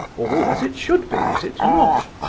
all as it should be, is it not?